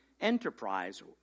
enterprise